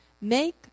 Make